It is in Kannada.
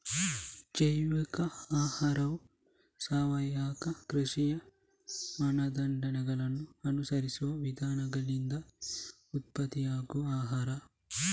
ಜೈವಿಕ ಆಹಾರವು ಸಾವಯವ ಕೃಷಿಯ ಮಾನದಂಡಗಳನ್ನ ಅನುಸರಿಸುವ ವಿಧಾನಗಳಿಂದ ಉತ್ಪತ್ತಿಯಾಗುವ ಆಹಾರ